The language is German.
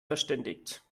verständigt